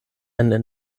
eine